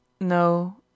No